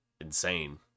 insane